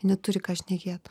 neturi ką šnekėt